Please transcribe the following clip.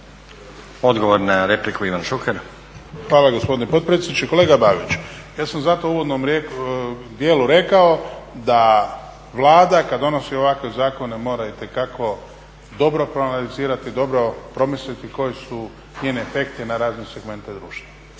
Odgovor na repliku, Ivan Šuker. **Šuker, Ivan (HDZ)** Hvala gospodine potpredsjedniče. Kolega Babić, ja sam zato u uvodnom dijelu rekao da Vlada kad donosi ovakve zakone mora itekako dobro proanalizirati, dobro promisliti koji su njeni efekti na razne segmente društva.